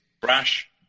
brash